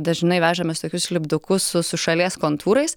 dažnai vežamės tokius lipdukus su su šalies kontūrais